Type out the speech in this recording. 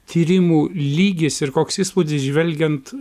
tyrimų lygis ir koks įspūdis žvelgiant